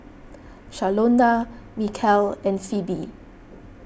Shalonda Mikeal and Phoebe